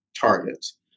targets